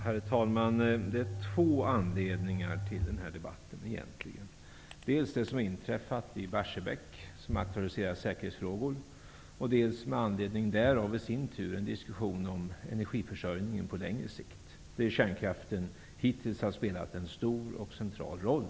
Herr talman! Det finns egentligen två anledningar till den här debatten. Dels det som har inträffat i Barsebäck, och som aktualiserar säkerhetsfrågorna, dels med anledning därav diskussionen om energiförsörjningen på längre sikt, där kärnkraften hittills har spelat en stor och central roll.